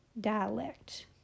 dialect